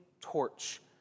torch